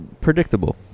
predictable